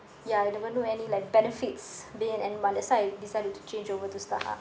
ya there were no any like benefits being an M one that's why I decided to change over to Starhub